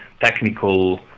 technical